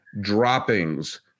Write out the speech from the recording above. droppings